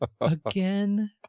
Again